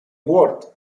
worth